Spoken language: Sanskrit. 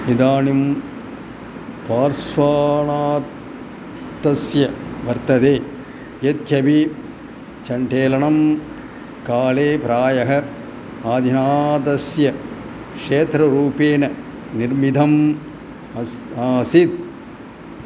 इदानीं पार्श्वनाथस्य वर्तते यद्यपि चण्डेलानां काले प्रायः आदिनाथस्य क्षेत्ररूपेण निर्मितम् अस्ति आसीत्